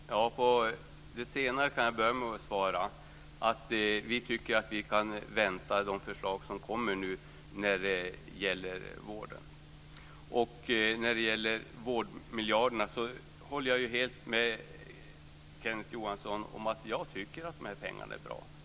Fru talman! På det senare kan jag svara att vi tycker att vi kan vänta på de förslag som kommer nu när det gäller vården. När det gäller vårdmiljarderna håller jag helt med Kenneth Johansson. Jag tycker att de här pengarna är bra.